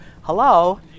Hello